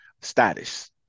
status